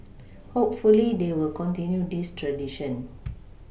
hopefully they will continue this tradition